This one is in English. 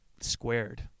squared